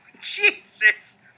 Jesus